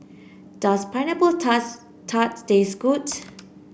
does pineapple tars tart taste good